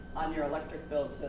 on your electric bill